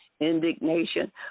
indignation